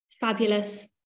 fabulous